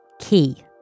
key